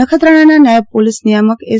નખત્રાણાના નાયબ પોલીસ નિયામક એસ